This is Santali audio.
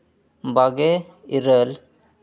ᱵᱟᱜᱮ ᱤᱨᱟᱹᱞ